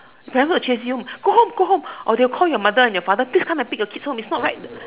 the family will chase you home go home go home or they will call your mother and your father please come and pick your kid home is not right